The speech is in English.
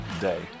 day